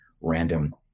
random